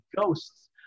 ghosts